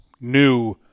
new